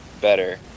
better